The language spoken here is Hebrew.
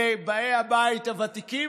באי הבית הוותיקים,